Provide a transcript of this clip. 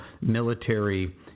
military